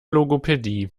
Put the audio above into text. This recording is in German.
logopädie